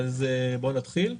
אז בוא נתחיל.